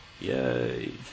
Yay